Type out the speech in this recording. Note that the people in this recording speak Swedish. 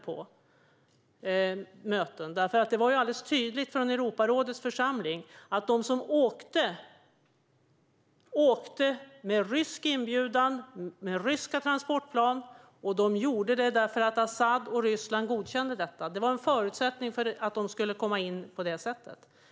Det var ju tydligt att de som åkte från Europarådets parlamentarikerförsamling åkte på rysk inbjudan med ryska transportplan, och de gjorde det med Asads och Rysslands godkännande. Det var en förutsättning för att de skulle komma in på detta sätt.